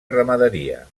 ramaderia